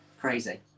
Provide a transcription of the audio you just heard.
crazy